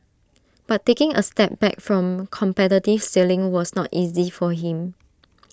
but taking A step back from competitive sailing was not easy for him